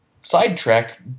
sidetrack